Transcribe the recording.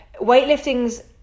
weightlifting's